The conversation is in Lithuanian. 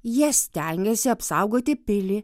jie stengiasi apsaugoti pilį